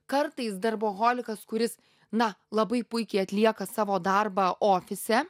kartais darboholikas kuris na labai puikiai atlieka savo darbą ofise